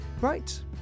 Right